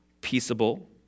peaceable